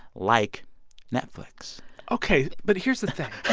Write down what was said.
like netflix ok, but here's the thing